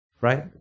Right